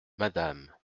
madame